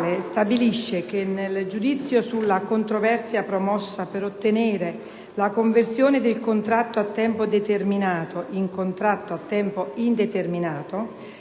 5, stabilisce che, nel giudizio sulla controversia promossa per ottenere la conversione del contratto a tempo determinato in contratto a tempo indeterminato,